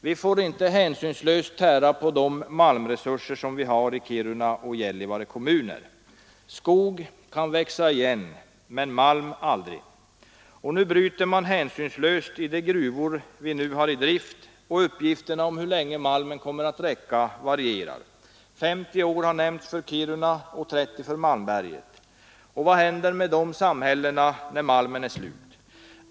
Man får inte hänsynslöst tära på de malmresurser som finns i Kiruna och Gällivare kommuner. Skog kan växa upp igen, men malm aldrig. Nu bryter man hänsynslöst i de gruvor som är i drift och uppgifterna om hur länge malmen kommer att räcka varierar. 50 år har nämnts för Kiruna och 30 år för Malmberget. Vad händer med de samhällena när malmen är slut?